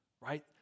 right